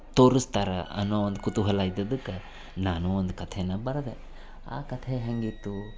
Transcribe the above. ತೋರುಸ್ತಾರೆ ಅನ್ನೋ ಒಂದು ಕುತೂಹಲ ಇದ್ದದ್ದಕ್ಕೆ ನಾನೂ ಒಂದು ಕಥೆನ ಆ ಕಥೆ ಹೇಗಿತ್ತು